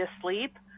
asleep